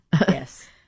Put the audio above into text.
Yes